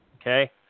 Okay